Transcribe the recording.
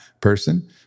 person